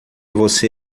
você